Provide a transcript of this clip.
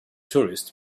tourists